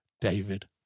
David